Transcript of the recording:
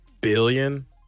billion